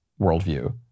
worldview